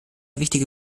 wichtige